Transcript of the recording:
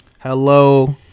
Hello